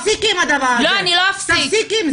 קודם כל, כבר עשינו את זה ועושים את